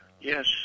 Yes